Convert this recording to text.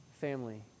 family